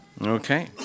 Okay